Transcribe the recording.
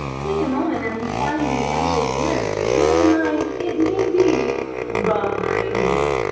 take a moment and find the exit nearest you, bearing in mind it may be behind you.